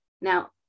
Now